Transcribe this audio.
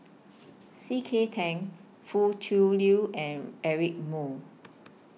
C K Tang Foo Tui Liew and Eric Moo